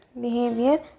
Behavior